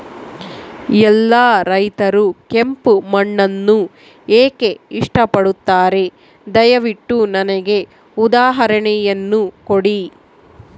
ಎಲ್ಲಾ ರೈತರು ಕೆಂಪು ಮಣ್ಣನ್ನು ಏಕೆ ಇಷ್ಟಪಡುತ್ತಾರೆ ದಯವಿಟ್ಟು ನನಗೆ ಉದಾಹರಣೆಯನ್ನ ಕೊಡಿ?